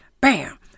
bam